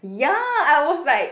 ya I was like